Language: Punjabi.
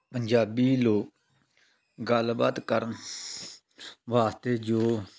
ਪੰਜਾਬੀ ਲੋਕ ਗੱਲਬਾਤ ਕਰਨ ਵਾਸਤੇ ਜੋ